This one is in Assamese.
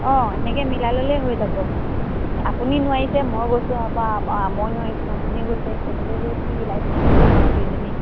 অঁ সেনেকে মিলাই ল'লে হৈ যাব আপুনি নোৱাৰিছে মই গৈছোঁ বা মই নোৱাৰিছোঁ আপুনি গৈছে তেনেকে গৈ পিনি মিলাই পিনি গৈ যাম আৰু দুইজনী